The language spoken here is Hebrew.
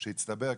שהצטבר כבר,